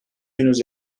henüz